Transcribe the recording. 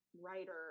writer